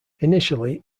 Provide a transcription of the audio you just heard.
initially